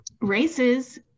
races